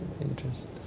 Interest